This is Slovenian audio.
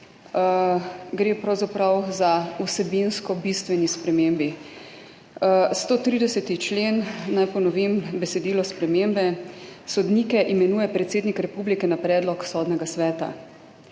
gre pravzaprav za vsebinsko bistveni spremembi. 130. člen, naj ponovim besedilo spremembe: »Sodnike imenuje predsednik republike na predlog Sodnega sveta.«